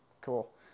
Cool